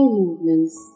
movements